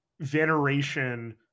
veneration